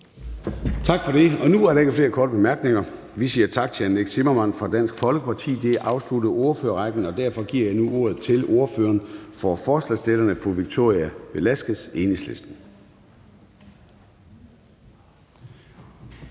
Tak for det. Nu er der ikke flere korte bemærkninger. Vi siger tak til hr. Nick Zimmermann fra Dansk Folkeparti. Det afsluttede ordførerrækken, og derfor giver jeg nu ordet til ordføreren for forslagsstillerne, fru Victoria Velasquez, Enhedslisten.